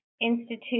Institute